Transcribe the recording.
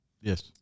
Yes